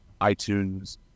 iTunes